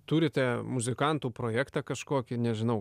turite muzikantų projektą kažkokį nežinau